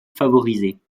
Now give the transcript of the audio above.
favorisée